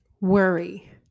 Worry